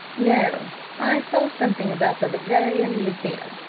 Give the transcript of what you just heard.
no i saw something about the leverian museum,